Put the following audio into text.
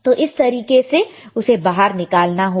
तो इस तरीके से हमें उसे बाहर निकालना होगा